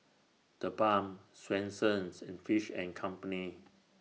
TheBalm Swensens and Fish and Company